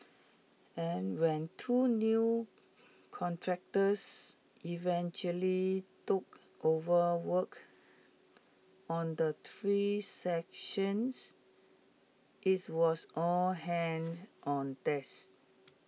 and when two new contractors eventually took over work on the three stations its was all hands on desk